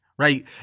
Right